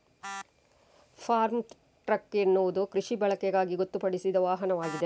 form truck ಎನ್ನುವುದು ಕೃಷಿ ಬಳಕೆಗಾಗಿ ಗೊತ್ತುಪಡಿಸಿದ ವಾಹನವಾಗಿದೆ